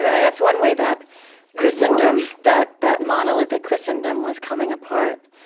that's one way that christendom that that monolithic christendom was coming apart